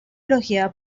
elogiada